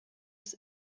des